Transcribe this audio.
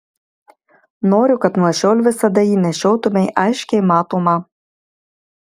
noriu kad nuo šiol visada jį nešiotumei aiškiai matomą